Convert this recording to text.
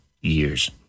years